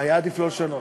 היה עדיף לא לשנות.